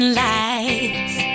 lights